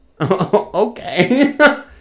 Okay